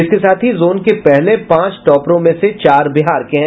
इसके साथ ही जोन के पहले पांच टॉपरों में से चार बिहार के हैं